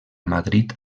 madrid